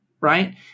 right